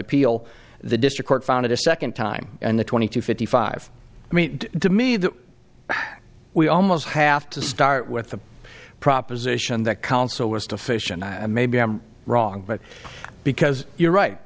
appeal the district court found it a second time and the twenty two fifty five i mean to me that we almost have to start with the proposition that counsel was to fish and i may be wrong but because you're right